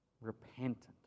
repentant